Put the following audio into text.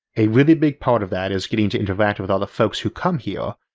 a really big part of that is getting to interact with all the folks who come here,